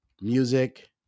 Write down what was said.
music